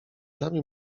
nami